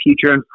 future